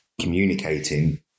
communicating